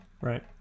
Right